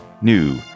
new